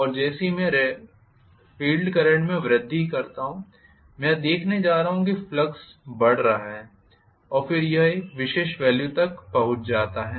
और जैसे ही मैं फील्ड करंट में वृद्धि करता हूं मैं यह देखने जा रहा हूं कि फ्लक्स बढ़ रहा है और फिर यह एक विशेष वेल्यू तक पहुंच जाता है